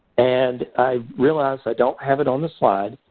and i realize i don't have it on the slide,